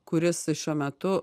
kuris šiuo metu